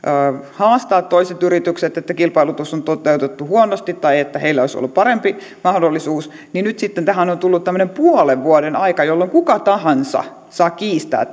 haastaa toiset yritykset että kilpailutus on toteutettu huonosti tai että heillä olisi ollut parempi mahdollisuus tähän on sitten tullut tämmöinen puolen vuoden aika jolloin kuka tahansa saa kiistää